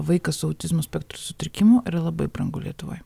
vaiką su autizmo spektro sutrikimu yra labai brangu lietuvoj